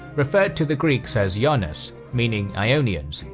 referred to the greeks as yaunas, meaning ionians,